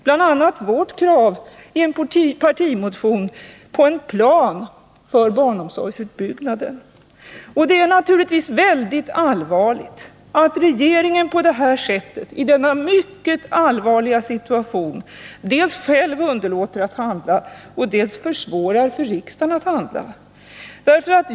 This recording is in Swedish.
Bland dem finns vår partimotion med krav på en plan för barnomsorgsutbyggnaden. Det är naturligtvis mycket allvarligt att regeringen i denna mycket svåra situation dels själv underlåter att handla, dels försvårar för riksdagen att handla.